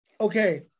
okay